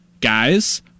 guys